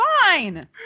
fine